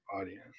audience